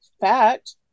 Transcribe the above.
fact